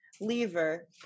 lever